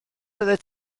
oeddet